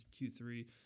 Q3